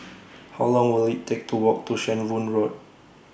How Long Will IT Take to Walk to Shenvood Road